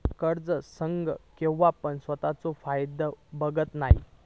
कर्ज संघ केव्हापण स्वतःचो फायदो बघत नाय